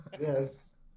Yes